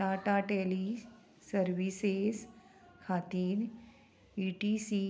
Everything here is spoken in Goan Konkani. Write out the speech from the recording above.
टाटा टॅली सर्विसीस खातीर इ टी सी